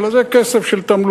אלא זה כסף של תמלוגים,